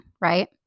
right